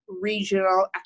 Regional